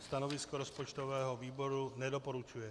Stanovisko rozpočtového výboru nedoporučuje.